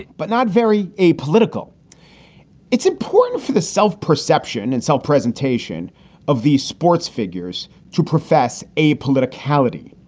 but not very apolitical it's important for the self perception and self presentation of these sports figures to profess a political party.